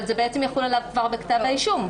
אבל זה בעצם יחול עליו כבר בכתב האישום.